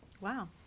Wow